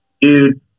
dude